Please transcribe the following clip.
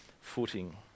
footing